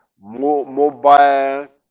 mobile